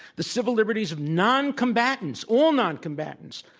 the civil liberties of noncombatants, all noncombatants,